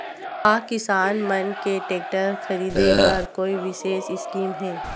का किसान मन के टेक्टर ख़रीदे बर कोई विशेष स्कीम हे?